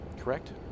Correct